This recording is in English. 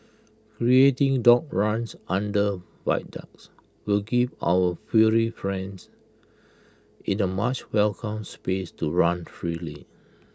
creating dog runs under viaducts will give our furry friends in A much welcome space to run freely